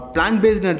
Plant-based